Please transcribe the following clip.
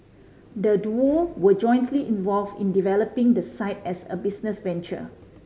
the duo were jointly involved in developing the site as a business venture